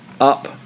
up